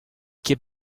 ket